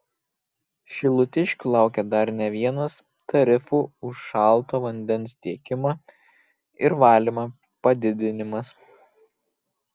šilutiškių laukia dar ne vienas tarifų už šalto vandens tiekimą ir valymą padidinimas